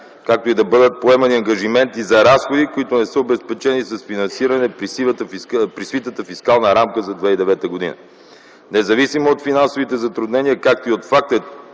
както и да бъдат поемани ангажименти за разходи, които не са обезпечени с финансиране при свитата фискална рамка за 2009 г. Независимо от финансовите затруднения, както и от факта